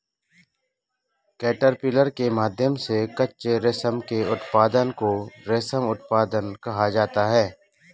caterpillar के माध्यम से कच्चे रेशम के उत्पादन को रेशम उत्पादन कहा जाता है